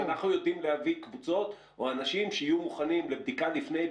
אנחנו יודעים להביא קבוצות או אנשים שיהיו מוכנים לבדיקה לפני,